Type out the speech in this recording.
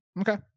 Okay